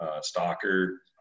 stalker